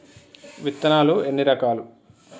విత్తనాలు ఎన్ని రకాలు?